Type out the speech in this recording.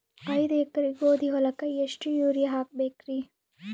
ಐದ ಎಕರಿ ಗೋಧಿ ಹೊಲಕ್ಕ ಎಷ್ಟ ಯೂರಿಯಹಾಕಬೆಕ್ರಿ?